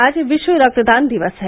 आज विश्व रक्तदान दिवस है